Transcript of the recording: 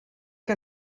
que